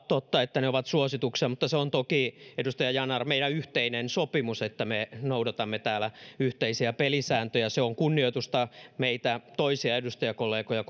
totta että ne ovat suosituksia mutta se on toki edustaja yanar meidän yhteinen sopimuksemme että me noudatamme täällä yhteisiä pelisääntöjä se on kunnioitusta meitä toisia edustajakollegoja